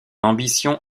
ambition